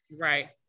Right